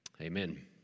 amen